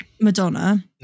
Madonna